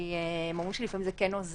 כי לפעמים זה כן עוזר